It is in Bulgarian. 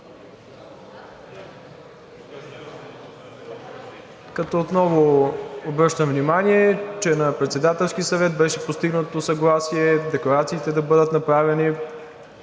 като отново обръщам внимание, че на Председателския съвет беше постигнато съгласие декларациите да бъдат направени